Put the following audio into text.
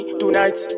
tonight